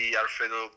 alfredo